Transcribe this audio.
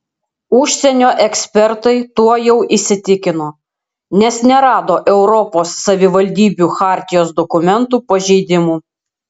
užsienio ekspertai tuo jau įsitikino nes nerado europos savivaldybių chartijos dokumentų pažeidimų